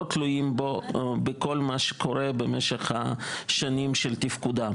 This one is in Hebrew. תלויים בו בכל מה שקורה במשך השנים של תפקודם